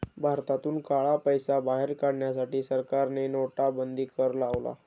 भारतातून काळा पैसा बाहेर काढण्यासाठी सरकारने नोटाबंदी कर लावला